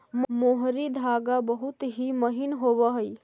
मोहरी धागा बहुत ही महीन होवऽ हई